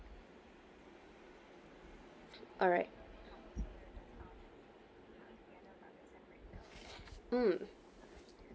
alright mm